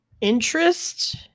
interest